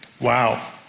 Wow